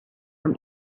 from